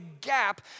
gap